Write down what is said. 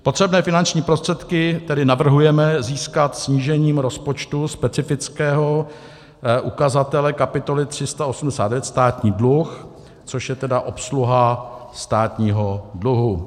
Potřebné finanční prostředky tedy navrhujeme získat snížením rozpočtu specifického ukazatele kapitoly 389 Státní dluh, což je obsluha státního dluhu.